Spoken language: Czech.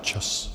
Čas!